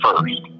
first